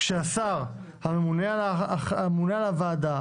כשהשר הממונה על הוועדה,